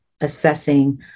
assessing